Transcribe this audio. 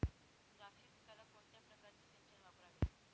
द्राक्ष पिकाला कोणत्या प्रकारचे सिंचन वापरावे?